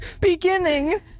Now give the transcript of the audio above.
Beginning